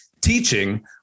teaching